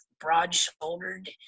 broad-shouldered